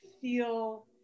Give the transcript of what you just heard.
feel